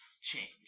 change